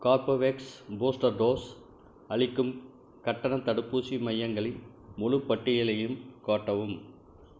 Corbevax booster dose அளிக்கும் கட்டண தடுப்பூசி மையங்களின் முழு பட்டியலையும் காட்டவும்